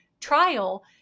trial